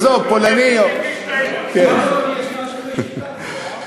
עזוב, פולני או, סוף-סוף יש משהו משותף פה,